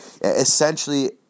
Essentially